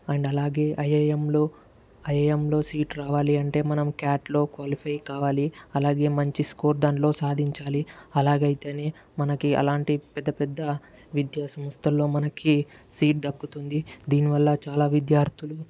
and అలాగే ఐఏఎంలో ఐఏఎంలో సీట్ రావాలి అంటే మనం క్యాట్లో క్వాలిఫై కావాలి అలాగే మంచి స్కోర్ దానిలో సాధించాలి అలాగైతేనే మనకి అలాంటి పెద్ద పెద్ద విద్యాసంస్థల్లో మనకి సీట్ దక్కుతుంది దీనివల్ల చాలా విద్యార్థులు